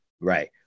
Right